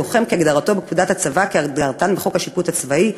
'לוחם' כהגדרתו בפקודות הצבא כהגדרתן בחוק השיפוט הצבאי,